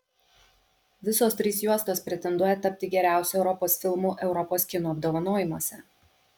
visos trys juostos pretenduoja tapti geriausiu europos filmu europos kino apdovanojimuose